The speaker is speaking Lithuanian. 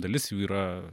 dalis jų yra